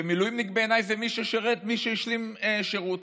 ומילואימניק בעיניי זה מי שהשלים שירות.